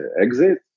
exit